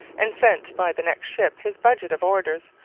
and sent by the next ship his budget of orders,